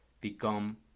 become